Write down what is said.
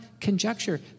conjecture